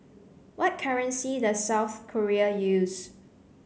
what currency does South Korea use